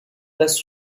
places